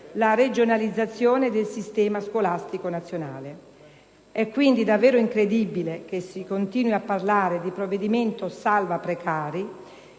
la regionalizzazione del sistema scolastico nazionale. È quindi davvero incredibile che si continui a parlare di provvedimento salva precari,